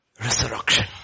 resurrection